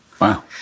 Wow